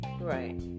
Right